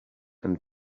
and